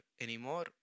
anymore